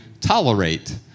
tolerate